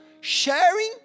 sharing